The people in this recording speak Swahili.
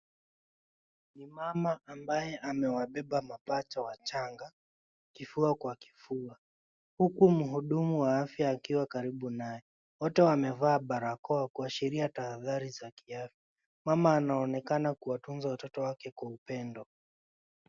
Ni mama ambaye amewabeba mapacha wachanga kifua kwa kifua. Huku mhudumu wa afya akiwa karibu naye. Wote wamevaa barakoa kuashiria tahadhari za kiafya. Mama anaonekana kuwatunza watoto wake kwa upendo.